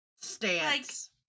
stance